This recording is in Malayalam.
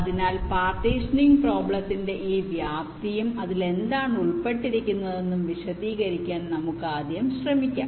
അതിനാൽ പാർട്ടീഷനിങ് പ്രോബ്ളത്തിന്റെ ഈ വ്യാപ്തിയും അതിൽ എന്താണ് ഉൾപ്പെട്ടിരിക്കുന്നതെന്നും വിശദീകരിക്കാൻ നമുക്ക് ആദ്യം ശ്രമിക്കാം